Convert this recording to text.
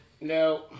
No